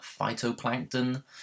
phytoplankton